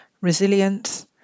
resilience